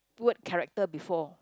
word character before